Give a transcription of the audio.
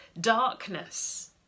darkness